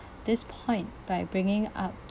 this point by bringing up